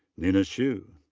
nina hsu.